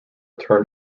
turn